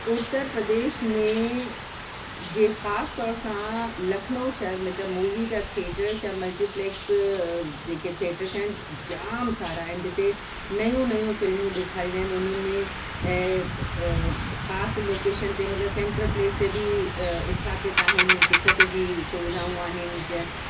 उत्तर प्रदेश में जे ख़ासि तौर सां लखनऊ शहर में त मूवी जा थिएटर या मल्टीप्लेक्स जेके थिएटर्स आहिनि जाम सारा आहिनि जिते नयूं नयूं फिल्मूं ॾेखारींदा आहिनि उन्हनि में ऐं ख़ासि लोकेशन ते मतिलबु सेंटर प्लेस ते बि स्थापित आहिनि टिकट जी सुविधाऊं आहिनि